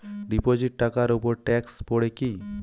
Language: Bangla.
ডিপোজিট টাকার উপর ট্যেক্স পড়ে কি?